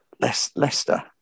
Leicester